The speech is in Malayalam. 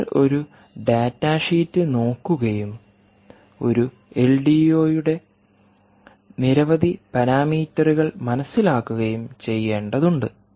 നിങ്ങൾ ഒരു ഡാറ്റ ഷീറ്റ് നോക്കുകയും ഒരു എൽഡിഒയുടെ നിരവധി പാരാമീറ്ററുകൾ മനസ്സിലാക്കുകയും ചെയ്യേണ്ടതുണ്ട്